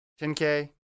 10K